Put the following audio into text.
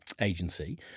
agency